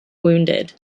wounded